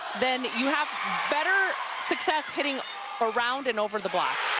then you have better success hitting around and over the block.